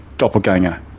doppelganger